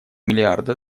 миллиарда